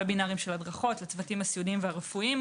לצוותים הסיעודיים והרפואיים.